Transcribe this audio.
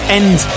end